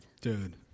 Dude